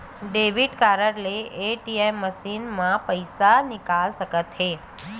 debit card ले ATM machine म पइसा निकाल सकत हे